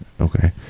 Okay